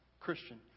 Christian